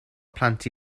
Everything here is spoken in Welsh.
plant